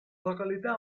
località